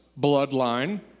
bloodline